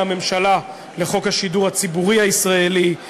הממשלה לחוק השידור הציבורי הישראלי.